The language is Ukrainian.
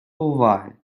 уваги